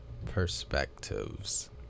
perspectives